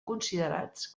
considerats